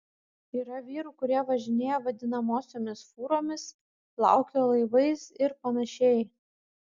yra vyrų kurie važinėja vadinamosiomis fūromis plaukioja laivais ir panašiai